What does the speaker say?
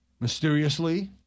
mysteriously